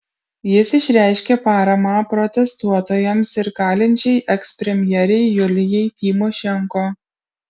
jis išreiškė paramą protestuotojams ir kalinčiai ekspremjerei julijai tymošenko